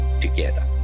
together